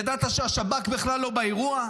ידעת שהשב"כ בכלל לא באירוע?